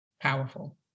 powerful